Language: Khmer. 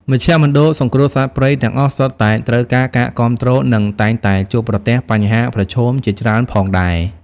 មជ្ឈមណ្ឌលសង្គ្រោះសត្វព្រៃទាំងអស់សុទ្ធតែត្រូវការការគាំទ្រ និងតែងតែជួបប្រទះបញ្ហាប្រឈមជាច្រើនផងដែរ។